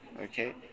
okay